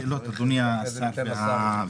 שתי שאלות אדוני השר והמנכ"ל,